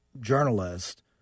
journalist